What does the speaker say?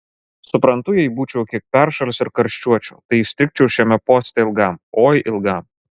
suprantu jei būčiau kiek peršalęs ir karščiuočiau tai įstrigčiau šiame poste ilgam oi ilgam